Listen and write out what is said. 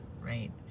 right